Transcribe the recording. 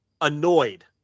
annoyed